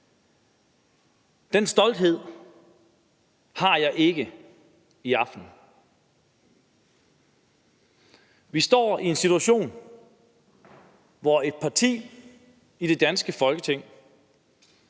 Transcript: Den stolthed har jeg ikke i aften. Vi står i en situation, hvor et parti i det danske Folketing